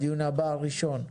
הדיון הבאה ביום ראשון.